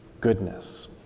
goodness